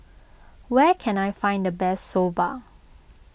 where can I find the best Soba